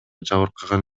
жабыркаган